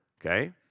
Okay